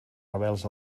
rebels